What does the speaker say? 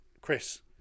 Chris